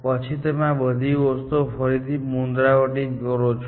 પછી તમે આ બધી વસ્તુઓ ફરીથી પુનરાવર્તિત કરો છો